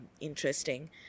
interesting